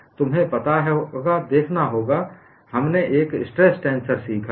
तुम्हें पता है तुम्हें क्या देखना होगा हमने एक स्ट्रेस टेंसर सीखा है